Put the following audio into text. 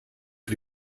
für